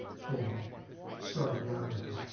thing started out as.